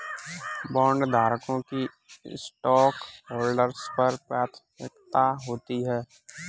बॉन्डधारकों की स्टॉकहोल्डर्स पर प्राथमिकता होती है